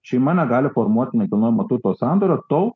šeima negali formuot nekilnojamo turto sandorio tol